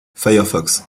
firefox